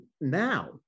now